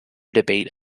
debate